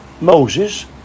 Moses